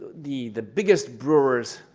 the the biggest brewers,